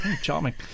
charming